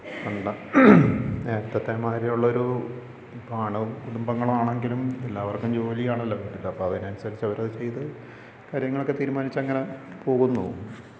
പണ്ട നേരത്തെ മാതിരിയുള്ളൊരു ഇപ്പോൾ അണു കുടുംബങ്ങളാണെങ്കിലും എല്ലാവർക്കും ജോലി അപ്പോൾ അതനുസരിച്ച് അവർ ചെയ്ത് കാര്യങ്ങളൊക്കെ തീരുമാനിച്ച് അങ്ങനെ പോകുന്നു